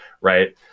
right